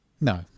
No